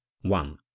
one